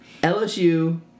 LSU